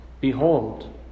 behold